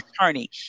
attorney